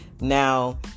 Now